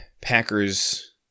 Packers